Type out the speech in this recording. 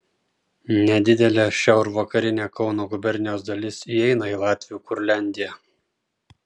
nedidelė šiaurvakarinė kauno gubernijos dalis įeina į latvių kurliandiją